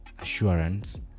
assurance